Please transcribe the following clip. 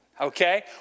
Okay